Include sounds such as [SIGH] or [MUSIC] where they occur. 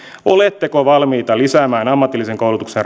oletteko valmiita lisäämään ammatillisen koulutuksen [UNINTELLIGIBLE]